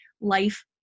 life